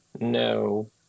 No